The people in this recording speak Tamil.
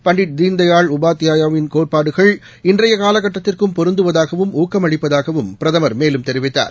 பண்வட் தீன்தயாள் உபாத்தியாயாவின் கோட்பாடுகள் இன்றையகாலகட்டத்திற்கும் பொருந்துவதாகவும் ஊக்கமளிப்பதாகவும் பிரதமர் மேலும் தெரிவித்தார்